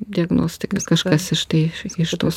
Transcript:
diagnostika kažkas iš tai iš tos